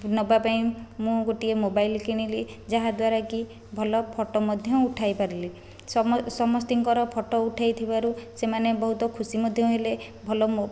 ନେବା ପାଇଁ ମୁଁ ଗୋଟିଏ ମୋବାଇଲ କିଣିଲି ଯାହାଦ୍ୱାରା କି ଭଲ ଫଟୋ ମଧ୍ୟ ଉଠାଇ ପାରିଲି ସମସ୍ତ ସମସ୍ତଙ୍କର ଫଟୋ ଉଠାଇ ଥିବାରୁ ସେମାନେ ବହୁତ ଖୁସି ମଧ୍ୟ ହେଲେ ଭଲ